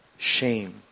Shame